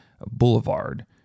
Boulevard